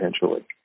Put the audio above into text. potentially